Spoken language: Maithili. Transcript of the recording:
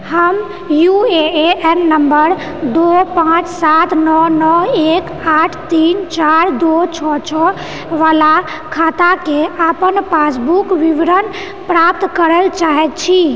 हम यूएएन नंबर दू पाँच सात नओ नओ एक आठ तीन चारि दू छओ छओ वला खाताके अपन पासबुक विवरण प्राप्त करए चाहैत छी